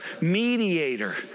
mediator